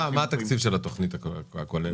מה התקציב של התוכנית הכוללת?